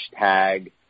hashtag